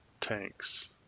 tanks